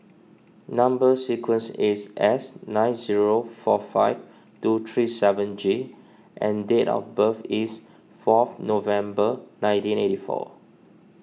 Number Sequence is S nine zero four five two three seven G and date of birth is fourth November nineteen eighty four